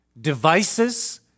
devices